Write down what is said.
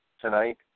tonight